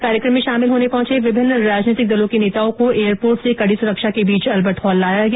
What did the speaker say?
वहीं कार्यक्रम में शामिल होने पहुंचे विभिन्न राजनैतिक दलों के नेताओं को एयरपोर्ट से कडी सुरक्षा के बीच अल्बर्ट हॉल लाया गया